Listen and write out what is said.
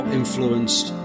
influenced